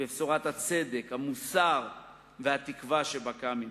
בבשורת הצדק, המוסר והתקווה שבקעה ממנה.